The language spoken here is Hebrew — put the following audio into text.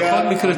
בכל מקרה,